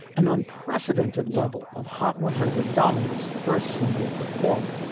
an unprecedented level of hot one hundred dominance for a single performer.